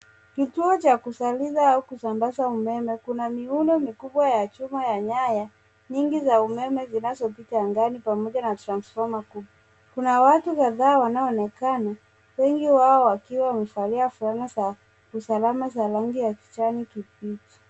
Kituo cha kuzalisha au kusambaza umeme. Kuna miundo mikubwa ya chuma na nyaya nyingi za umeme zinazopita angani pamoja na transfoma kubwa. Kuna watu kadhaa wanaoonekana wengi wao wakiwa wamevalia fulana za usalama za rangi ya kijani kibichi.